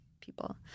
people